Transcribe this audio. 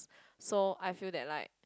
so I feel that like